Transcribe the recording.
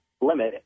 limit